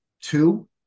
two